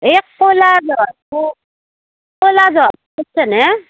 এই ক'লা জহাটো ক'লা জহা কৰিছ নে